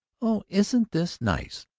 oh, isn't this nice!